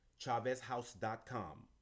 chavezhouse.com